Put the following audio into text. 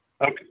Okay